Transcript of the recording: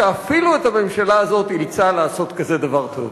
שאפילו את הממשלה הזאת אילצה לעשות כזה דבר טוב.